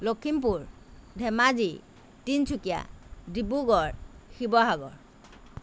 Lakhimpur Dhemaji Tinsukia Dibrugarh Sivasagar